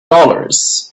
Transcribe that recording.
dollars